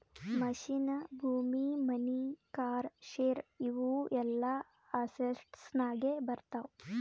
machine, ಭೂಮಿ, money, car, share ಇವು ಎಲ್ಲಾ ಅಸೆಟ್ಸನಾಗೆ ಬರ್ತಾವ